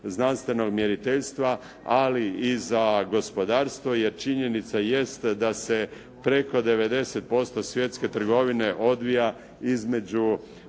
znanstvenog mjeriteljstva ali i za gospodarstvo jer činjenica jeste da se preko 90% svjetske trgovine odvija između